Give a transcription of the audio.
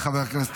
חבר הכנסת